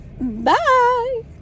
Bye